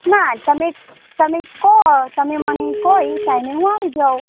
ના તમે કહો તમે મને કહો એ ટાઈમે હું આવી જાઉં